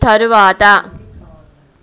తరువాత